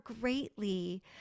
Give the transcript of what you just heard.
greatly